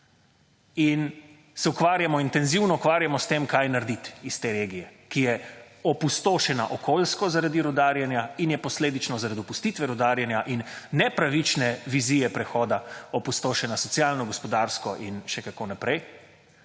in se ukvarjamo, intenzivno ukvarjamo s tem kaj narediti iz te regije, ki je opustošena okoljsko zardi rudarjenja in je posledično zaradi opustitve rudarjenja in nepravične vizije prehoda opustošenja socialno, gospodarsko in še kako naprej